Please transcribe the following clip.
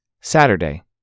Saturday